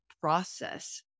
process